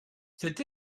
cet